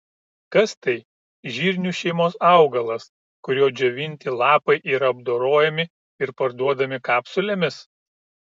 kas tai žirnių šeimos augalas kurio džiovinti lapai yra apdorojami ir parduodami kapsulėmis